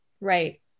Right